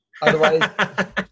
Otherwise